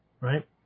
right